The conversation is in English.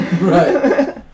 Right